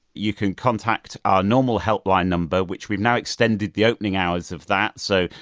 you can contact our normal helpline number, which we've now extended the opening hours of that, so,